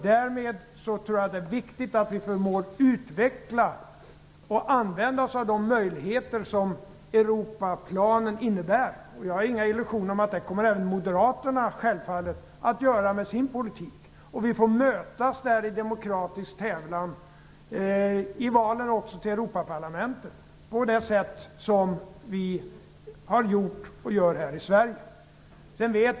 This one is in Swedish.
Därmed tror jag att det är viktigt att vi förmår att utveckla och använda oss av de möjligheter som Europaplanen innebär. Moderaterna kommer självfallet att göra så med sin politik. Vi får mötas i demokratisk tävlan i valen till Europaparlamentet på det sätt vi har gjort och gör i Sverige.